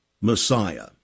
Messiah